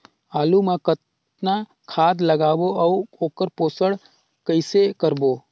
आलू मा कतना खाद लगाबो अउ ओकर पोषण कइसे करबो?